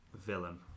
villain